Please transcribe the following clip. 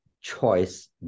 choice